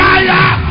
Fire